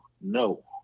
no